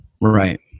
Right